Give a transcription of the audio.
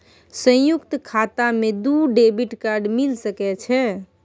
संयुक्त खाता मे दू डेबिट कार्ड मिल सके छै?